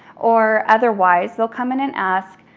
or otherwise, they'll come in and ask,